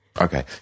Okay